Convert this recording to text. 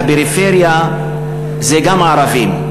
והפריפריה זה גם ערבים,